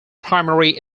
primary